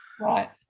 Right